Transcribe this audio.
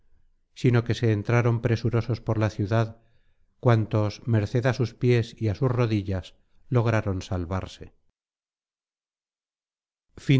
sino que se entraron presurosos por la ciudad cuantos merced á sus pies y á sus rodillas lograron salvarse